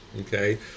okay